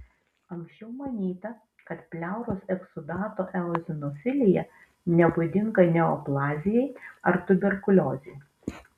anksčiau manyta kad pleuros eksudato eozinofilija nebūdinga neoplazijai ar tuberkuliozei